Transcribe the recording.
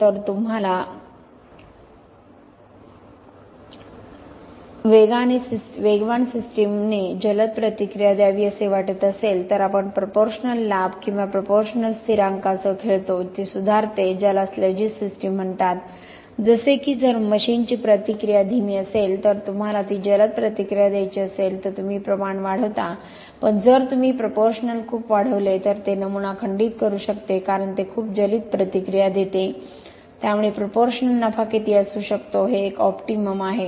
जर तुम्हाला वेगवान सिस्टमने जलद प्रतिक्रिया द्यावी असे वाटत असेल तर आपण प्रोपोरश्नल लाभ किंवा प्रोपोरश्नल स्थिरांकासहखेळतो ते सुधारते ज्याला स्लॅजिश सिस्टम म्हणतात जसे की जर मशीनची प्रतिक्रिया धीमी असेल तर तुम्हाला ती जलद प्रतिक्रिया द्यायची असेल तर तुम्ही प्रमाण वाढवता पण जर तुम्ही प्रोपोरश्नल खूप वाढवले तर ते नमुना खंडित करू शकते कारण ते खूप जलद प्रतिक्रिया देते त्यामुळे प्रोपोरश्नल नफा किती असू शकतो हे एक ऑप्टिमम आहे